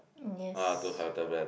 yes